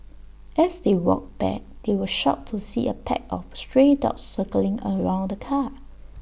as they walked back they were shocked to see A pack of stray dogs circling around the car